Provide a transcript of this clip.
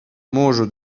mūžu